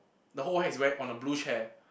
the whole hair is wet on the blue chair